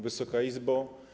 Wysoka Izbo!